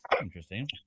interesting